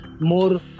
more